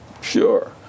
Sure